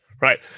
right